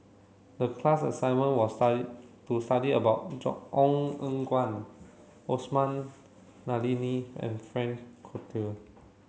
the class assignment was study to study about Ong Eng Guan Osman Zailani and Frank Cloutier